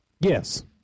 Yes